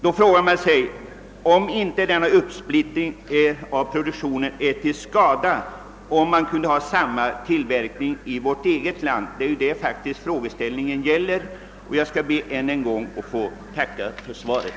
Då frågar man sig om inte denna uppsplittring av produktionen är till skada och om inte samma tillverkning skulle kunna ske i vårt eget land. Det är faktiskt detta frågan gäller. Jag ber ännu en gång att få tacka för svaret.